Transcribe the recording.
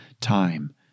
time